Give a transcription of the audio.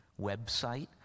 website